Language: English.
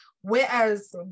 Whereas